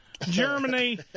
Germany